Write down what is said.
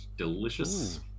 delicious